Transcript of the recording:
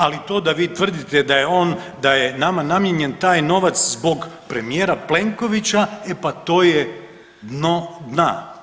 Ali to da vi tvrdite da je on, da je nama namijenjen taj novac zbog premijera Plenkovića, e pa to je dno dna.